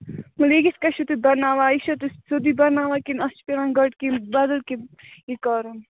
ولہٕ یہِ کِتھ پٲٹھۍ چھُ تُہۍ بَناوان یہِ چھُو تُہۍ سیوٚدُے بَناوان کِنہٕ اَتھ چھُ پٮ۪وان گۄڈٕ کیٚنٛہہ بَدَل کیٚنٛہہ یہِ کَرُن